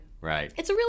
Right